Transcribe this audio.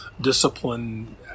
Discipline